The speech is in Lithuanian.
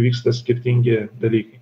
vyksta skirtingi dalykai